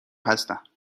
هستم